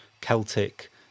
Celtic